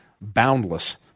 boundless